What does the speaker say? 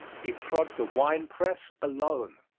he trod the wine press alone.